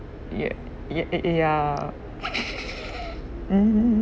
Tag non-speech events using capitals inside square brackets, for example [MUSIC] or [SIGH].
ye~ ye~ ya [LAUGHS] mm hmm hmm